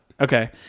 Okay